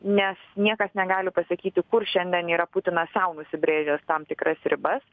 nes niekas negali pasakyti kur šiandien yra putinas sau nusibrėžęs tam tikras ribas